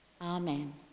Amen